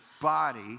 body